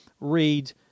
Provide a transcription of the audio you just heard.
read